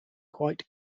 quite